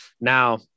Now